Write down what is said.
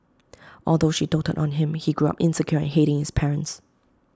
although she doted on him he grew up insecure and hating his parents